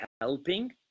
helping